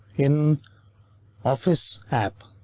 in office app,